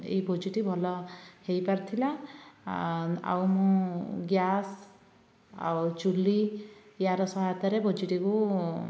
ଏଇ ଭୋଜିଟି ଭଲ ହେଇ ପାରିଥିଲା ଆ ଆଉ ମୁଁ ଗ୍ୟାସ୍ ଆଉ ଚୁଲି ୟାର ସହାୟତାରେ ଭୋଜିଟିକୁ